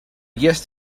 guest